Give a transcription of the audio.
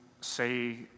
say